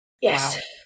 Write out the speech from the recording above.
Yes